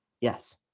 Yes